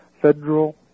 Federal